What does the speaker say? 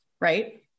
Right